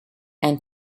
and